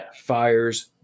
fires